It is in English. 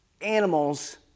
animals